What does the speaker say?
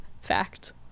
fact